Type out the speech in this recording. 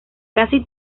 casi